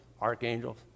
archangels